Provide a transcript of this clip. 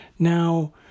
Now